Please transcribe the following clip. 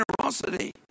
generosity